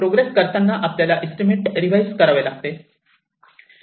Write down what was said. progress करताना आपल्याला estimate revise करावे लागतात